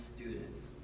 students